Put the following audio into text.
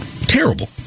Terrible